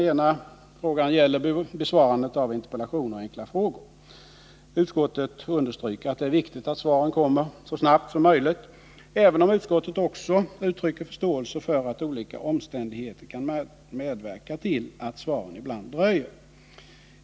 Den ena gäller besvarandet av interpellationer och frågor. Utskottet understryker att det är viktigt att svaren kommer så snabbt som möjligt, även om utskottet också uttrycker förståelse för att olika omständigheter kan medverka till att svaren ibland dröjer.